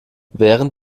während